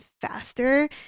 faster